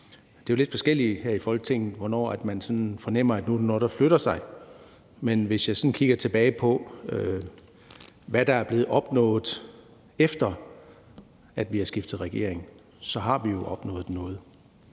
Det er jo lidt forskelligt her i Folketinget, hvornår man fornemmer, at nu er der noget, der flytter sig. Men når jeg sådan kigger tilbage på, hvad der er blevet opnået, efter vi har skiftet regering, så har vi jo opnået noget.